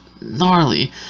gnarly